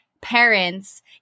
parents